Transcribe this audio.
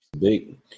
big